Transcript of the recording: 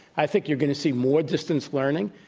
i think you're going to see more distance learning,